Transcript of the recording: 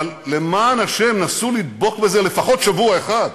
אבל למען השם, נסו לדבוק בזה לפחות שבוע אחד.